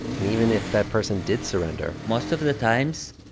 and even if that person did surrender. most of the times,